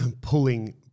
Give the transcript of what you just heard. pulling